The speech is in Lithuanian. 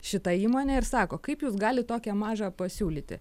šita įmonė ir sako kaip jūs galit tokią mažą pasiūlyti